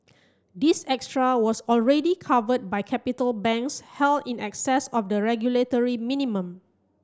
this extra was already covered by capital banks held in excess of the regulatory minimum